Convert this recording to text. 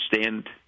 stand